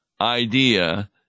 idea